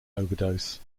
overdose